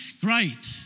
great